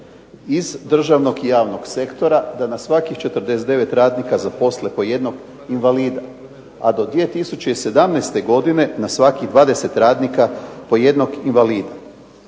iz državnog i javnog sektora da na svakih 49 radnika zaposle po jednog invalida, a do 2017. godine na svakih 20 radnika po jednog invalida.